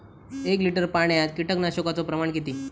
एक लिटर पाणयात कीटकनाशकाचो प्रमाण किती?